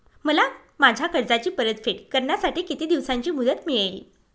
मला माझ्या कर्जाची परतफेड करण्यासाठी किती दिवसांची मुदत मिळेल?